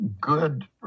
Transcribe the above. good